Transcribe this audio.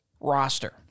roster